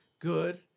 Good